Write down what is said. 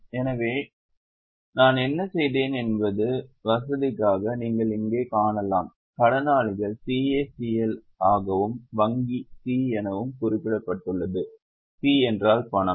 எனவே நான் என்ன செய்தேன் என்பது வசதிக்காக நீங்கள் இங்கே காணலாம் கடனாளிகள் CACL ஆகவும் வங்கி C என குறிக்கப்பட்டுள்ளது C என்றால் பணம்